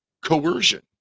coercion